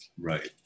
Right